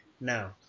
Now